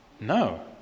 No